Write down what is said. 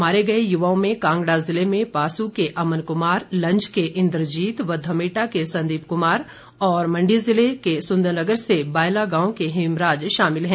मारे गए युवाओं में कांगड़ा जिले में पासू के अमन कुमार लंज के इन्द्रजीत व घमेटा के संदीप कुमार और मंडी जिले सुंदरनगर से बायला गांव के हेमराज शामिल हैं